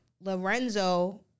Lorenzo